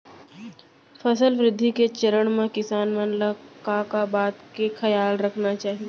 फसल वृद्धि के चरण म किसान मन ला का का बात के खयाल रखना चाही?